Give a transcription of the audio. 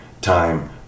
time